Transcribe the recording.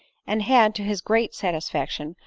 and had, to his great satisfaction,